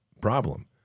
problem